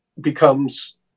becomes